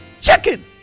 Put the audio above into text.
chicken